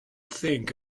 think